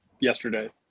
yesterday